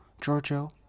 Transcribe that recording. Giorgio